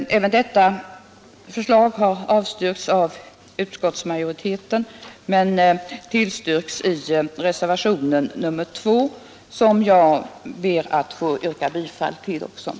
Även detta förslag har avstyrkts av utskottsmajoriteten, men tillstyrks i reservationen 2, som jag också ber att få yrka bifall till.